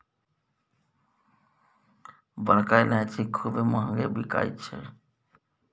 बड़का ईलाइची खूबे महँग बिकाई छै